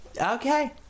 Okay